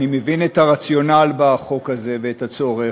אני מבין את הרציונל בחוק הזה ואת הצורך,